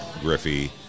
Griffey